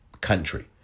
country